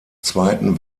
zweiten